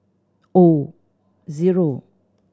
O zero